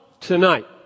tonight